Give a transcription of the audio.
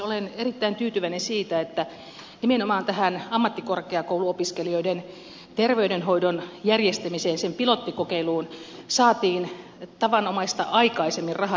olen erittäin tyytyväinen siihen että nimenomaan tähän ammattikorkeakouluopiskelijoiden terveydenhoidon järjestämiseen sen pilottikokeiluun saatiin tavanomaista aikaisemmin rahat